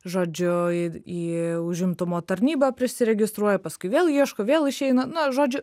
žodžiu į į užimtumo tarnybą prisiregistruoja paskui vėl ieško vėl išeina na žodžiu